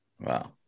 Wow